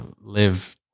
Live